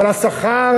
אבל השכר,